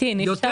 אגב, את זה